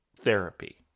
therapy